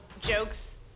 jokes